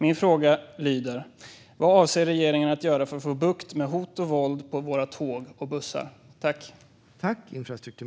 Min fråga lyder: Vad avser regeringen att göra för att få bukt med hot och våld på våra tåg och bussar?